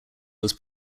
was